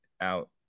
out